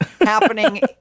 happening